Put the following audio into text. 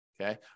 Okay